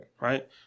Right